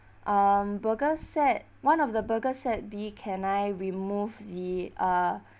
um burger set one of the burger set B can I remove the uh